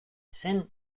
zen